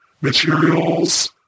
materials